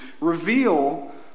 reveal